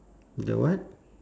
the what